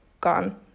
gone